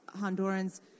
Hondurans